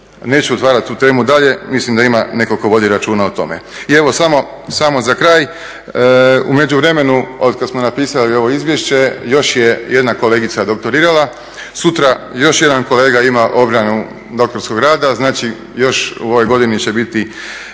Neću otvarati tu temu dalje, mislim da ima netko tko vodi računa o tome. I evo, samo za kraj, u međuvremenu od kad smo napisali ovo izvješće još jedna kolegica doktorirala, sutra još jedan kolega ima obranu doktorskog rada, znači još u ovoj godini će biti